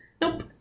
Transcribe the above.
Nope